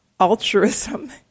altruism